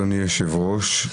אדוני היושב-ראש,